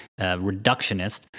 reductionist